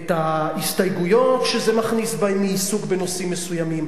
את ההסתייגויות שזה מכניס בהם מעיסוק בנושאים מסוימים,